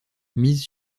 mise